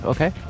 Okay